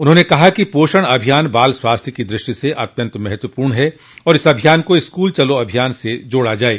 उन्होंने कहा कि पोषण अभियान बाल स्वास्थ्य की दृष्टि से अत्यन्त महत्वपूर्ण है और इस अभियान को स्कूल चलो अभियान से जोड़ा जाये